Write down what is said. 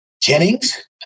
Jennings